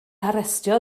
harestio